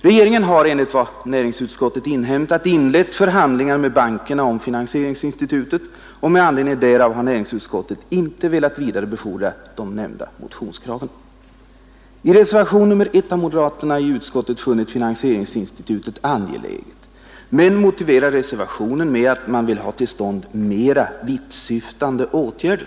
Regeringen har enligt vad näringsutskottet inhämtat inlett förhandlingar med bankerna om finansieringsinstitutet, och med anledning därav har näringsutskottet inte velat vidarebefordra de nämnda motionskraven. I reservationen 1 har moderaterna i utskottet funnit finansieringsinstitutet angeläget men motiverat reservationen med att de vill ha till stånd mer vittsyftande åtgärder.